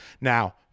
Now